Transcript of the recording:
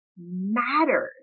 Matters